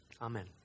Amen